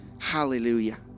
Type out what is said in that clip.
Hallelujah